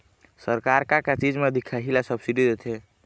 सरकार का का चीज म दिखाही ला सब्सिडी देथे?